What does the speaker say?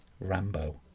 Rambo